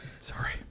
Sorry